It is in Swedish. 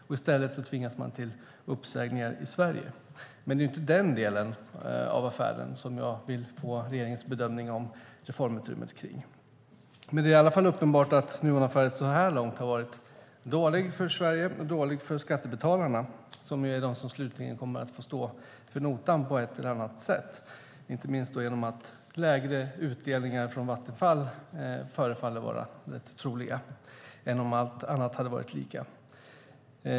I stället tvingas man till uppsägningar i Sverige. Det är inte om den delen av affären som jag vill få regeringens bedömning av reformutrymmet. Det är i varje fall uppenbart att Nuonaffären så här långt har varit dålig för Sverige och dålig för skattebetalarna, som är de som slutligen kommer att få stå för notan på ett eller annat sätt. Det gäller inte minst genom att lägre utdelningar från Vattenfall förefaller vara rätt troliga även om allt annat hade varit lika.